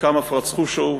חלקם אף רצחו שוב,